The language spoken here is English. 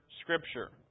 Scripture